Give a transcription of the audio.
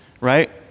right